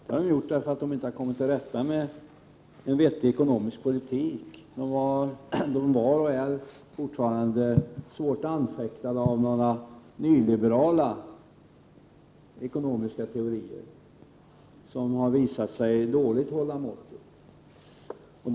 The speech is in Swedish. Det har man gjort för att man inte har kommit till rätta med en vettig ekonomisk politik. Man var och är fortfarande svårt anfäktad av nyliberala ekonomiska teorier, som har visat sig dåligt hålla måttet.